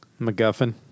MacGuffin